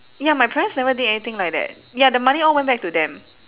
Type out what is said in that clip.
ya my parents never did anything like that ya the money all went back to them